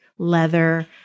leather